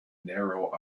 narrow